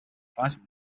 devising